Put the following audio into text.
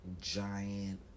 giant